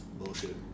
Bullshit